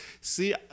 see